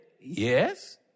Yes